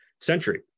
century